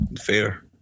fair